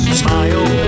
smile